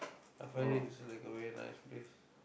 a ferry is like a very nice place